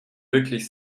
wirklich